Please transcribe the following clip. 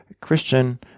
Christian